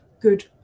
good